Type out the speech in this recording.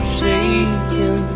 shaking